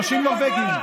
אתה היית נורבגי בפגרה.